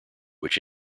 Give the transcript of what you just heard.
which